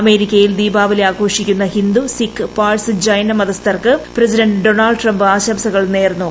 അമേരിക്കയിൽ ദീപാവല്പിട്ട ആഘോഷിക്കുന്ന ഹിന്ദു സിഖ് പാഴ്സ് ജൈന മതസ്ഥർക്ക് പ്രസ്മിഡന്റ് ഡൊണാൾഡ് ട്രംപ് ആശംസകൾ നേർന്നു